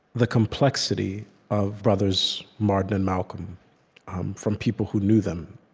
the complexity of brothers martin and malcolm um from people who knew them.